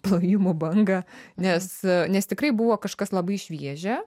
plojimų bangą nes nes tikrai buvo kažkas labai šviežia